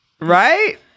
Right